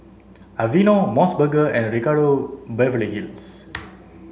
Aveeno MOS burger and Ricardo Beverly Hills